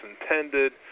intended